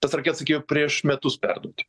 tas raketas reikėjo prieš metus perduot